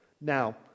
now